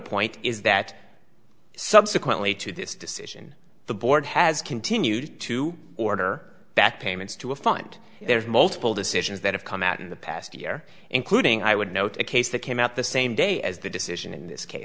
point is that subsequently to this decision the board has continued to order back payments to a fund there's multiple decisions that have come out in the past year including i would note a case that came out the same day as the decision in this case